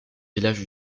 village